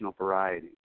variety